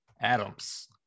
Adams